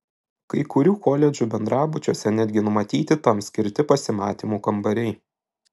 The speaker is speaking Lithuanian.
kai kurių koledžų bendrabučiuose netgi numatyti tam skirti pasimatymų kambariai